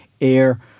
air